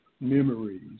memories